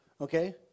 Okay